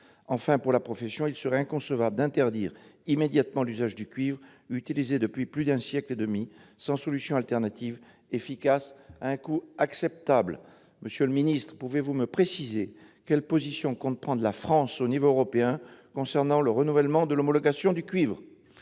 Enfin, pour la profession, il serait inconcevable d'interdire immédiatement l'usage du cuivre, utilisé depuis plus d'un siècle et demi, sans solution de rechange efficace et à un coût acceptable. Monsieur le ministre, pouvez-vous me préciser quelle position compte prendre la France à l'échelon européen concernant le renouvellement de l'homologation du cuivre ?